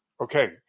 Okay